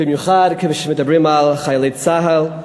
במיוחד כשמדברים על חיילי צה"ל,